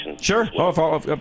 Sure